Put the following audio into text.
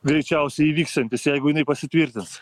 greičiausiai įvyksiantis jeigu jinai pasitvirtins